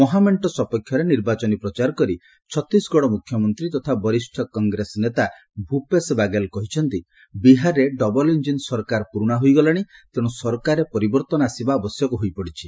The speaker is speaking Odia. ମହାମେଣ୍ଟ ସପକ୍ଷରେ ନିର୍ବାଚନୀ ପ୍ରଚାର କରି ଛତିଶଗଡ଼ ମୁଖ୍ୟମନ୍ତ୍ରୀ ତଥା ବରିଷ୍ଣ କଂଗ୍ରେସ ନେତା ଭୂପେଶ ବାଗେଲ୍ କହିଛନ୍ତି ବିହାରରେ ଡବଲ୍ ଇଞ୍ଜିନ୍ ସରକାର ପୁରୁଣା ହୋଇଗଲାଶି ତେଣୁ ସରକାରରେ ପରିବର୍ତ୍ତନ ଆସିବା ଆବଶ୍ୟକ ହୋଇପଡ଼ିଛି